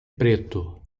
preto